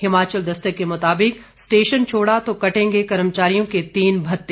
हिमाचल दस्तक के मुताबिक स्टेशन छोड़ा तो कटेंगे कर्मचारियों के तीन भत्ते